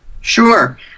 Sure